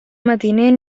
matiner